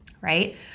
right